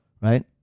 Right